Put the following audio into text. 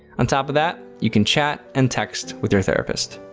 on top of that, you can chat and text with your therapist.